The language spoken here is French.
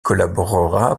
collaborera